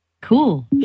Cool